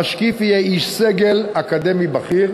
המשקיף יהיה איש סגל אקדמי בכיר